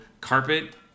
carpet